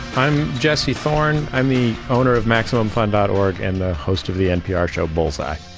i'm jesse thorne, i'm the owner of maximumfun dot org and host of the npr show bullseye.